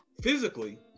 physically